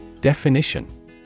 Definition